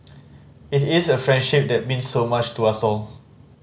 it is a friendship that means so much to us all